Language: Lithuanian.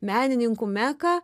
menininkų meka